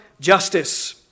justice